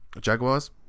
Jaguars